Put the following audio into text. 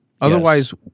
Otherwise